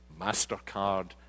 MasterCard